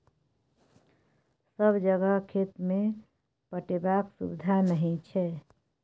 सब जगह खेत केँ पटेबाक सुबिधा नहि छै